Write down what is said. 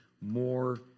more